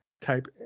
type